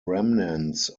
remnants